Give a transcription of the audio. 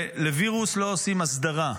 לווירוס לא עושים הסדרה,